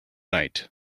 night